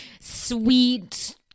sweet